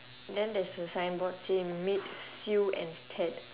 then there's a signboard say made sue and ted